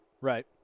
Right